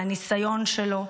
מהניסיון שלו.